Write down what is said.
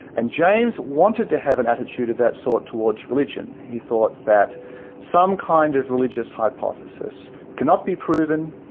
and james wanted to have an attitude of that sort towards religion. he thought that some kind of religious hypothesis cannot be proven,